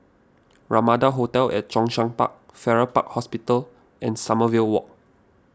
Ramada hotel at Zhongshan Park Farrer Park Hospital and Sommerville Walk